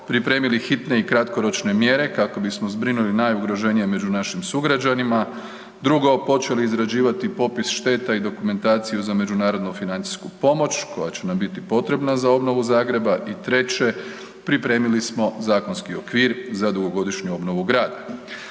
pripremili hitne i kratkoročne mjere kako bismo zbrinuli najugroženije među naših sugrađanima. Drugo, počeli izrađivati popis šteta i dokumentaciju za međunarodnu financijsku pomoć koja će nam biti potrebna za obnovu Zagreba. I treće, pripremili smo zakonski okvir za dugogodišnju obnovu grada.